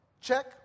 Check